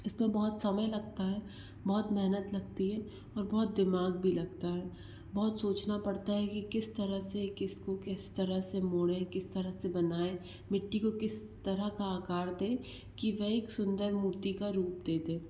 इसमें बहुत समय लगता है बहुत मेहनत लगती है और बहुत दिमाग भी लगता है बहुत सोचना पड़ता है की किस तरह से किसको किस तरह से मोड़ें किस तरह से बनाएँ मिट्टी को किस तरह का आकार दें की वह एक सुंदर मूर्ति का रूप दे दे